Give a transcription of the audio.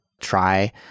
try